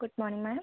good morning ma'am